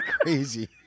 crazy